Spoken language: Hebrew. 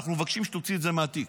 ואנחנו מבקשים שתוציאי את זה מהתיק,